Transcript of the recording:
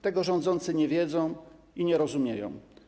Tego rządzący nie widzą i nie rozumieją.